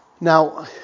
Now